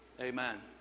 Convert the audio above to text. Amen